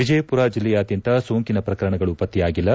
ವಿಜಯಪುರ ಜಿಲ್ಲೆಯಾದ್ಯಂತ ಸೋಂಕಿನ ಪ್ರಕರಣಗಳು ಪತ್ತೆಯಾಗಿಲ್ಲ